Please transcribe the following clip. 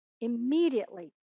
immediately